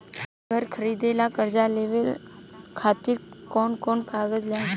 घर खरीदे ला कर्जा लेवे खातिर कौन कौन कागज लागी?